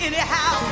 Anyhow